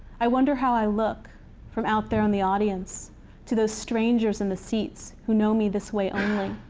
i wonder how i look from out there in the audience to those strangers in the seats who know me this way um